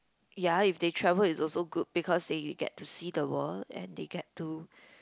ya if they travel is also good because they you get use to see the world and they get to